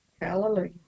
Hallelujah